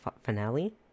finale